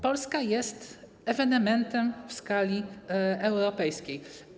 Polska jest ewenementem w skali europejskiej.